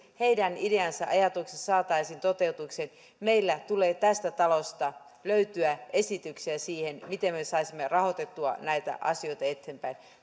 heidän ideansa ajatuksensa saataisiin toteutukseen meillä tulee tästä talosta löytyä esityksiä siitä miten me saisimme rahoitettua näitä asioita eteenpäin